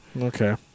Okay